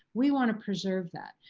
we want to preserve that.